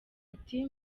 ati